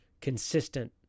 consistent